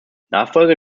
nachfolger